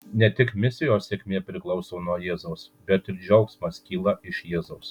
ne tik misijos sėkmė priklauso nuo jėzaus bet ir džiaugsmas kyla iš jėzaus